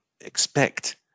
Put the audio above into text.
expect